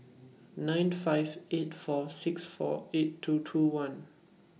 nine five eight four six four eight two two one